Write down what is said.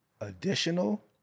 additional